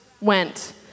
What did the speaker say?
went